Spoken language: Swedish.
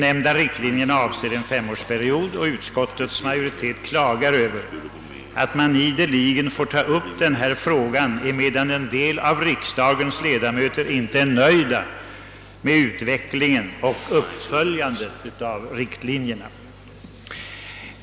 Riktlinjerna för lokaliseringspolitiken avser en femårsperiod, och utskottets majoritet klagar över att man ideligen får ta upp denna fråga, eftersom en del av riksdagens l1edamöter inte är till freds med det sätt, varpå dessa riktlinjer omsatts i praktiken.